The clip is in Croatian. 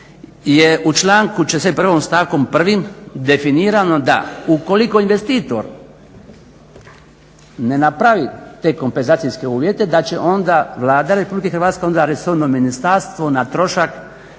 u članku će se 1. stavkom 1. definirano da: "Ukoliko investitor ne napravi te kompenzacijske uvjete da će onda Vlada Republike Hrvatske, onda resorno ministarstvo na trošak